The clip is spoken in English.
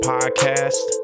Podcast